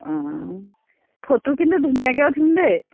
অঁ ফটো কিন্তু ধুনীয়াকৈ উঠিম দেই